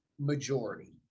majority